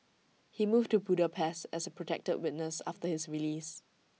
he moved to Budapest as A protected witness after his release